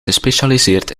gespecialiseerd